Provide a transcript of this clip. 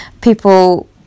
people